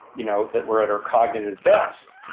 you know that we're at our cognitive best.